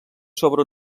sobre